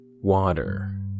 Water